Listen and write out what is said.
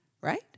right